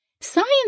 Science